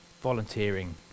volunteering